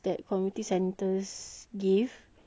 and then can also go to skill futures